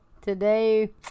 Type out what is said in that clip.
today